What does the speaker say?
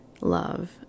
love